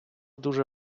дуже